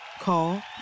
Call